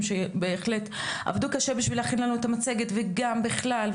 שבהחלט עבדו קשה להכין לנו את המצגת וגם בכלל,